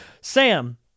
Sam